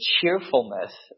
cheerfulness